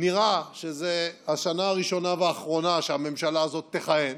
נראה שזו השנה הראשונה והאחרונה שהממשלה הזאת תכהן.